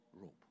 rope